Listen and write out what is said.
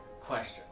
question